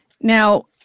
Now